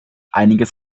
einiges